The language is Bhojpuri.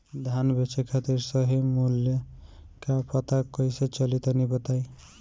धान बेचे खातिर सही मूल्य का पता कैसे चली तनी बताई?